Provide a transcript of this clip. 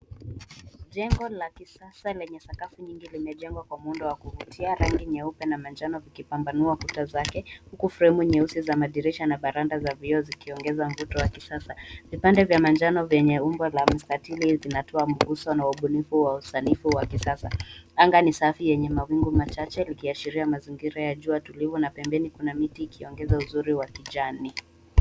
Jengo la kisasa lenye sakafu nyingi limejengwa kwa muundo wa kuvutia rangi nyeupe na manjano vikipambanuwa kuta zake, huku fremu nyeusi za madirisha na varanda vya vioo zikiongeza mvuto wa kisasa, vipande vya manjano vyenye umbo la mstatili zinatoa ubuhusu na ubunifu wa usanifu wa kisasa. Anga ni safi yenye mawingu machache ikiashiria mazingira ya jua tulivu na pembeni kuna mti ukiongeza uzuri wa kijani.